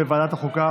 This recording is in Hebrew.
לוועדת החוקה,